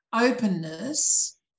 openness